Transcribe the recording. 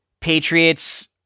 Patriots